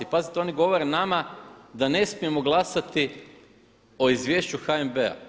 Pazite oni govore nama da ne smijemo glasati o izvješću HNB-a.